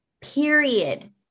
period